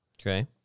okay